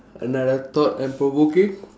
another thought and provoking